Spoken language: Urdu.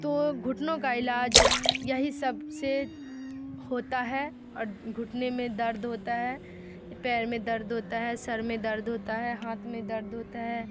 تو گھٹنوں کا علاج یہی سب سے ہوتا ہے اور گھٹنے میں درد ہوتا ہے پیر میں درد ہوتا ہے سر میں درد ہوتا ہے ہاتھ میں درد ہوتا ہے